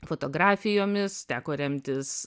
fotografijomis teko remtis